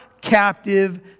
captive